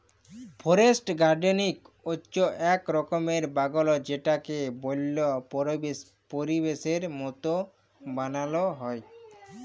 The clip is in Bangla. ফরেস্ট গার্ডেনিং হচ্যে এক রকমের বাগাল যেটাকে বল্য পরিবেশের মত বানাল হ্যয়